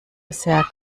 sehr